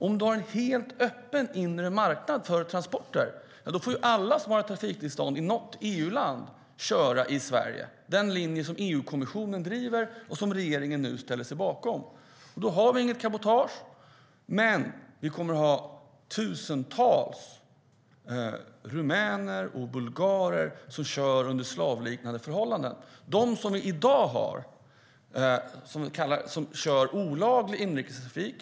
Om du har en helt öppen inre marknad för transporter får alla som har ett trafiktillstånd i något EU-land köra i Sverige. Det är den linje som EU-kommissionen driver och som regeringen nu ställer sig bakom. Då har vi inget cabotage. Men vi kommer att ha tusentals rumäner och bulgarer som kör under slavliknande förhållanden. Det är de som i dag kör olaglig inrikestrafik.